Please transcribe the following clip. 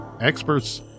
experts